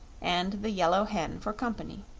and the yellow hen for company.